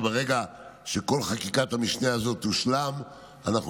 וברגע שכל חקיקת המשנה הזאת תושלם אנחנו